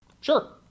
Sure